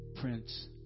Prince